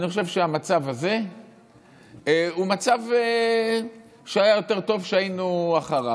אני חושב שהמצב הזה הוא מצב שהיה יותר טוב שהיינו אחריו.